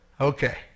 Okay